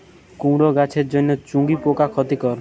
কুমড়ো গাছের জন্য চুঙ্গি পোকা ক্ষতিকর?